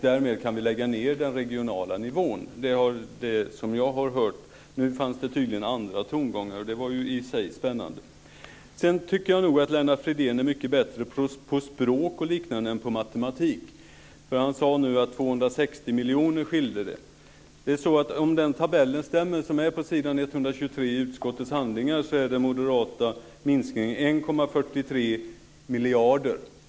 Därmed kan vi lägga ned den regionala nivån. Det har jag hört. Nu finns det tydligen andra tongångar. Det var spännande. Sedan tycker jag nog att Lennart Fridén är mycket bättre på språk och liknande än på matematik. Han sade nu att det skilde 260 miljoner. Om den tabell som är på s. 123 i utskottets handlingar stämmer är den moderata minskningen 1,43 miljarder.